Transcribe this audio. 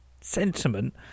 sentiment